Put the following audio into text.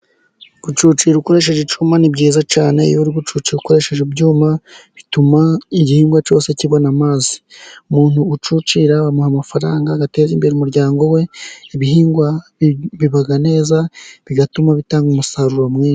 Gucucira ukoresheje icyuma ni byiza cyane, iyo uri gucucira ukoresheje ibyuma bituma igihingwa cyose kibona amazi. Umuntu ucucira bamuha amafaranga agateza imbere umuryango we, ibihingwa biba neza, bigatuma bitanga umusaruro mwinshi.